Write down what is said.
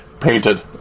painted